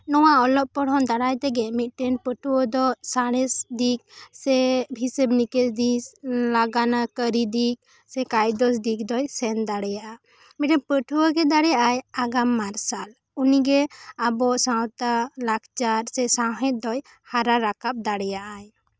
ᱱᱚᱣᱟ ᱚᱞᱚᱜ ᱯᱚᱲᱦᱚᱱ ᱫᱟᱨᱟᱭ ᱛᱮᱜᱮ ᱢᱤᱫ ᱴᱮᱱ ᱯᱟᱹᱴᱷᱩᱣᱟᱹ ᱫᱚ ᱥᱟᱬᱮᱥ ᱫᱤᱠ ᱥᱮ ᱦᱤᱥᱮᱵ ᱱᱤᱠᱮᱥ ᱫᱤᱠ ᱥᱮ ᱞᱟᱜᱟᱱᱟ ᱠᱟᱹᱨᱤ ᱫᱤᱠ ᱥᱮ ᱠᱟᱭᱫᱚᱥ ᱫᱤᱠ ᱫᱚᱭ ᱥᱮᱱ ᱫᱟᱲᱮᱭᱟᱜᱼᱟ ᱢᱤᱫᱴᱮᱱ ᱯᱟᱹᱴᱷᱩᱣᱟᱹ ᱜᱮ ᱫᱟᱲᱮᱭᱟᱜᱼᱟᱭ ᱟᱜᱟᱢ ᱢᱟᱨᱥᱟᱞ ᱩᱱᱤ ᱜᱮ ᱟᱵᱚ ᱥᱟᱶᱛᱟ ᱞᱟᱠᱪᱟᱨ ᱥᱮ ᱥᱟᱶᱦᱮᱫ ᱫᱚᱭ ᱦᱟᱨᱟ ᱨᱟᱠᱟᱵ ᱫᱟᱲᱮᱭᱟᱜᱼᱟᱭ